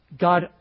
God